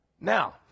Now